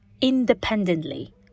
independently